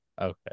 Okay